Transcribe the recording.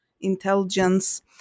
intelligence